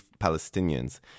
Palestinians